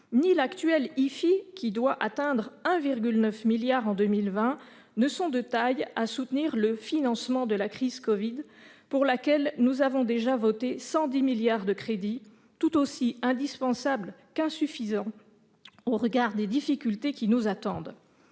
ni l'actuel IFI, dont le rendement doit atteindre 1,9 milliard d'euros en 2020, ne sont de taille à soutenir le financement de la crise du Covid-19, au titre duquel nous avons déjà voté 110 milliards d'euros de crédits tout aussi indispensables qu'insuffisants au regard des difficultés qui nous attendent.